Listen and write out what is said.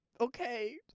Okay